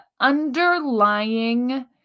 underlying